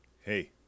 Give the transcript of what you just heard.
Hey